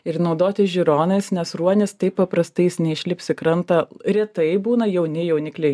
ir naudotis žiūronais nes ruonis taip paprastai jis neišlips į krantą retai būna jauni jaunikliai